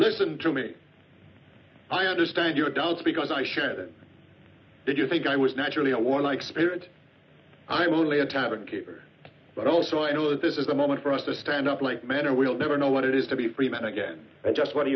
listen to me i understand your doubts because i sure did you think i was naturally a warlike spirit i'm only a tavern keeper but also i know that this is a moment for us to stand up like man or we'll never know what it is to be free men again and just what do